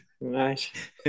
Nice